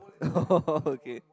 oh okay